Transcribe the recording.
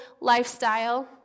lifestyle